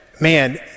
man